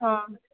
हां